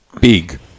big